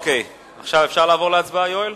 עכשיו אפשר לעבור להצבעה, יואל?